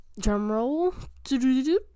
drumroll